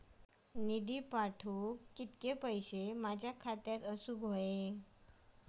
निधी पाठवुक किती पैशे माझ्या खात्यात असुक व्हाये?